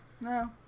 No